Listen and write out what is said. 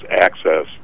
access